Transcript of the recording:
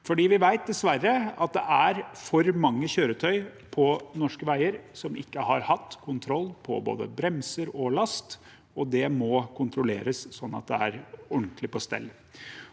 Vi vet dessverre at det er for mange kjøretøy på norske veier som ikke har hatt kontroll på verken bremser eller last, og det må kontrolleres, sånn at det er ordentlig på stell.